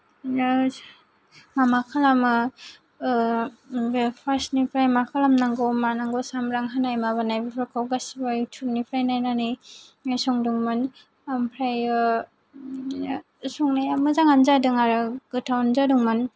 मा मा खालामो बे फार्स्तनिफ्राय मा खालामनांगौ मानांगौ सामब्राम होनाय माबानाय बेफोरखौ गासैबो युटुबनिफ्राय नायनानै संदोंमोन ओमफ्रायो ओ संनाया मोजाङानो जादों आरो गोथावानो जादोंमोन